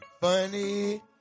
funny